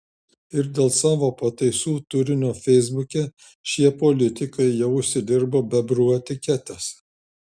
ir dėl savo pataisų turinio feisbuke šie politikai jau užsidirbo bebrų etiketes